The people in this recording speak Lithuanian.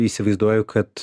įsivaizduoju kad